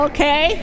Okay